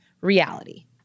reality